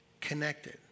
connected